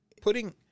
putting